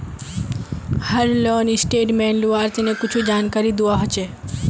हर loan statement लुआर तने कुछु जानकारी दुआ होछे